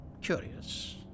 curious